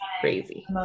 crazy